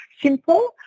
simple